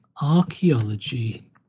Archaeology